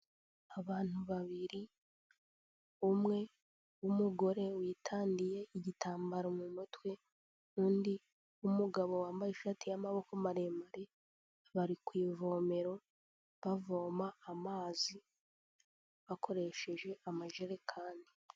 Abantu babiri, umwe w'umugore witadiye igitambaro mu mutwe, undi w'umugabo wambaye ishati y'amaboko maremare, bari kw'ivomero bavoma amazi bakoresheje ama jerekani.